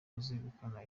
uzegukana